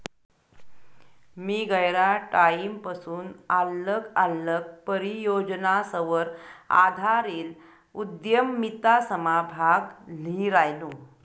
मी गयरा टाईमपसून आल्लग आल्लग परियोजनासवर आधारेल उदयमितासमा भाग ल्ही रायनू